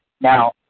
Now